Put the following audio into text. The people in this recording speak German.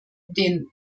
den